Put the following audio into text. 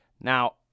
Now